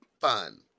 fun